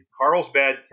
Carlsbad